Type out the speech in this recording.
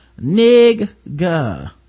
nigga